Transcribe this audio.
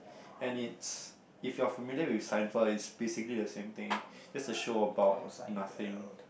and it's if you're familiar with Seinfeld it's basically the same thing just the show about nothing